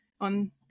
on